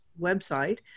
website